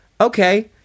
okay